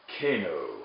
Kano